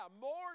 more